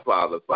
Father